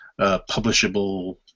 publishable